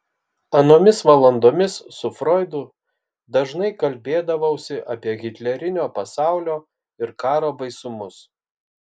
anomis valandomis su froidu dažnai kalbėdavausi apie hitlerinio pasaulio ir karo baisumus